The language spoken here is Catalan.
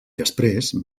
després